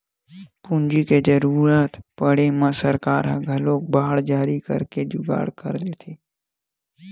पूंजी के जरुरत पड़े म सरकार ह घलोक बांड जारी करके जुगाड़ कर लेथे